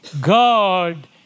God